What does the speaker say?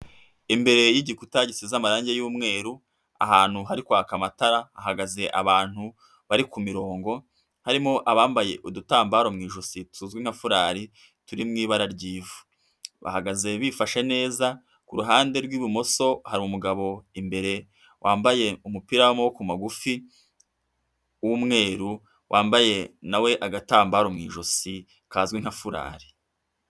Imbere y'igikuta gisize amarangi y'umweru, ahantu hari kwaka amatara. Hahagaze abantu bari kumurongo harimo abambaye udutambaro mu ijosi tuzwi nka furari turi mu ibara ry'ivu. Bahagaze bifashe neza ku ruhande rw'ibumoso hari umugabo imbere wambaye umupira w'amaboko magufi w'umweruru, wambaye nawe agatambaro k'umweru mu ijosi kazwi nka furari.